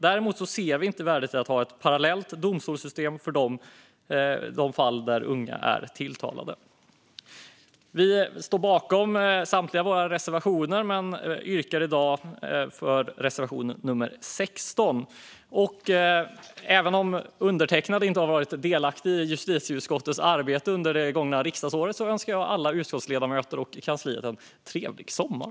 Däremot ser vi inte värdet i att ha ett parallellt domstolssystem för de fall unga är tilltalade. Vi står bakom samtliga av våra reservationer men yrkar för tids vinnande bifall endast till reservation 16. Även om undertecknad inte har varit delaktig i justitieutskottets arbete under det gångna riksdagsåret önskar jag alla utskottsledamöter och kansliet en trevlig sommar.